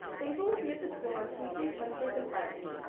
basil will be at the school on tuesdays, wednesdays and fridays.